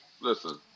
Listen